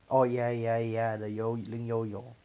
oh yeah yeah yeah the 埈林埈永